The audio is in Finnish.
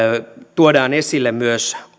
tuodaan esille myös